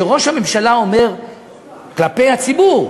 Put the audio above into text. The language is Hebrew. שראש הממשלה אומר כלפי הציבור,